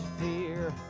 fear